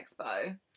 expo